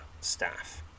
staff